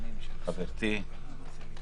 חברתי חברת הכנסת,